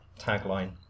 tagline